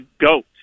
goat